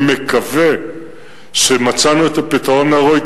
אני מקווה שמצאנו את הפתרון הראוי,